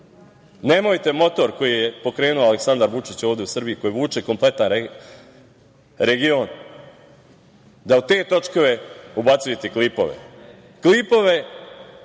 motor koji je pokrenuo Aleksandar Vučić ovde u Srbiji, koji vuče kompletan region, da u te točkove ubacujete klipove,